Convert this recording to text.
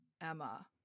emma